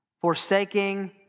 forsaking